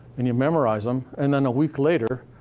and you memorize them, and then a week later,